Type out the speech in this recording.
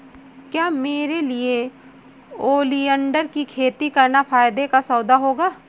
क्या मेरे लिए ओलियंडर की खेती करना फायदे का सौदा होगा?